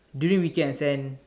during weekends and